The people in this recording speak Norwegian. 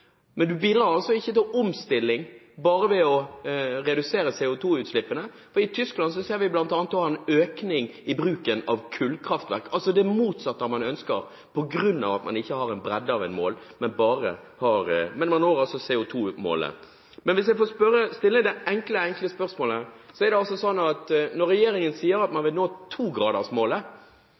Men det bidrar ikke til omstilling bare ved å redusere CO2-utslippene. I Tyskland ser vi bl.a. at det er en økning i bruken av kullkraftverk, altså det motsatte av hva man ønsker, på grunn av at man ikke har en bredde av mål – men man når CO2-målet. Hvis jeg kan få stille det enkle spørsmålet – når regjeringen sier at man vil nå